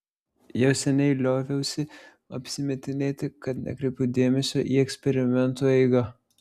jau seniai lioviausi apsimetinėti kad nekreipiu dėmesio į eksperimentų eigą